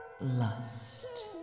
Lust